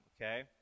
okay